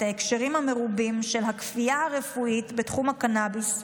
את ההקשרים המרובים של הכפייה הרפואית בתחום הקנביס,